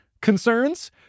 concerns